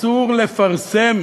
אסור לפרסם